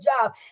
job